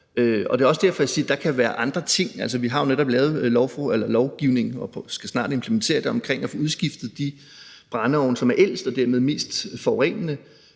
at jeg siger, at der kan være andre ting. Altså, vi har jo netop lavet lovgivning – vi skal snart implementere det – omkring at få udskiftet de brændeovne, som er ældst og dermed mest forurenende.